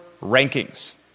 rankings